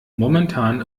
momentan